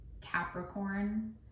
Capricorn